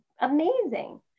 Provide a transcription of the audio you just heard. amazing